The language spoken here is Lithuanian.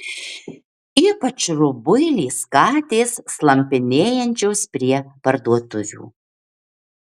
ypač rubuilės katės slampinėjančios prie parduotuvių